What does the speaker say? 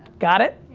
got it?